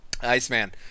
Iceman